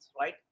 right